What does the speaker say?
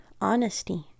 honesty